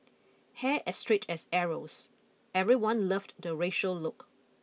hair as straight as arrows everyone loved the Rachel look